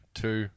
two